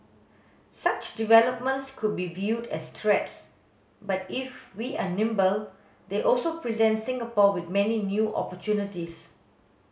such developments could be viewed as threats but if we are nimble they also present Singapore with many new opportunities